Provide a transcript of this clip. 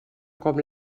com